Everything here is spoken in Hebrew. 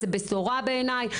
זה בשורה בעיניי.